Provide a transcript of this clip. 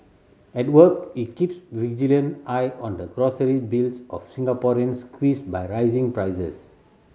at work he keeps vigilant eye on the grocery bills of Singaporeans squeezed by rising prices